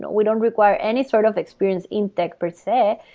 we don't require any sort of experience in tech per se,